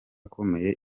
akomeye